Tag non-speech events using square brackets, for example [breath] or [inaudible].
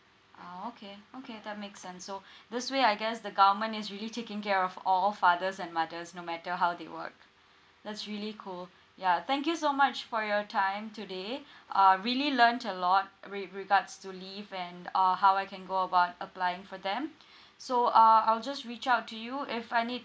ah okay okay that makes sense so [breath] this way I guess the government is really taking care of all fathers and mothers no matter how they work that's really cool ya thank you so much for your time today [breath] uh really learnt a lot in re~ regards to leave and err how I can go about applying for them [breath] so uh I'll just reach out to you if I need